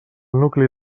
nucli